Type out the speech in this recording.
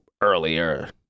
earlier